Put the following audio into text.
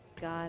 God